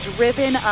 Driven